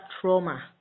trauma